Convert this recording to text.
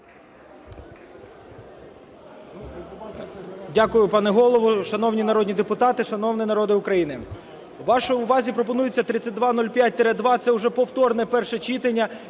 Дякую. Пане Голово, шановні народні депутати, шановний народе України! Вашій увазі пропонується 3205-2 це вже повторне перше читання.